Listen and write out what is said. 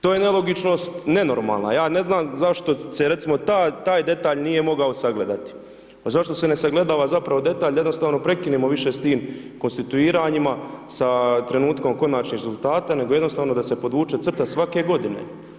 To je nelogičnost nenormalna, ja ne znam zašto se, recimo, taj detalj nije mogao sagledati, zašto se ne sagledava zapravo detalj, jednostavno prekinimo više sa tim konstituiranjima, sa trenutkom konačnih rezultata, nego jednostavno da se podvuče crta svake godine.